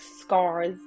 scars